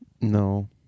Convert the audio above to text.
No